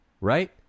Right